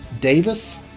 Davis